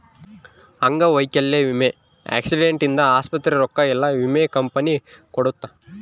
ಅಂಗವೈಕಲ್ಯ ವಿಮೆ ಆಕ್ಸಿಡೆಂಟ್ ಇಂದ ಆಸ್ಪತ್ರೆ ರೊಕ್ಕ ಯೆಲ್ಲ ವಿಮೆ ಕಂಪನಿ ಕೊಡುತ್ತ